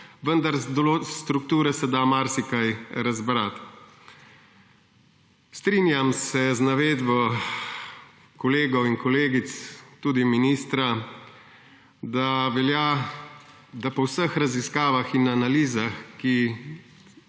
vendar iz strukture se da marsikaj razbrati. Strinjam se z navedbo kolegov in kolegic, tudi ministra, da velja, da po vseh raziskavah in analizah, ki